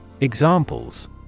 Examples